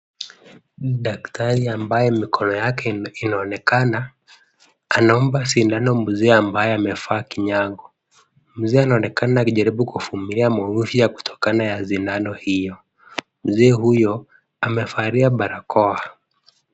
Daktari ambaye mikono yake inaonekana. Anaomba sindano mzee ambaye amevaa kinyago. Mzee anaonekana akijaribu kuvumilia maumivu ya kutokana na sindano hiyo. Mzee huyo amevalia barakoa.